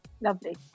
Lovely